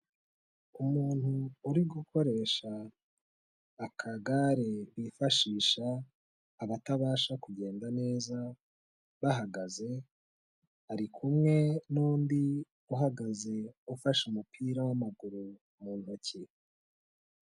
Umuntu uri gukoresha akagare bifashisha abatabasha kugenda neza bahagaze ari kumwe n'undi uhagaze ufashe umupira w'amaguru mu ntoki.